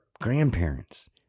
grandparents